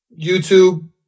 YouTube